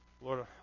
Lord